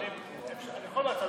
אני יכול לגשת לצד,